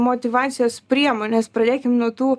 motyvacijos priemones pradėkim nuo tų